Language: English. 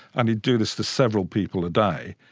and he'd do this to several people a day,